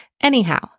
Anyhow